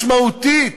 משמעותית,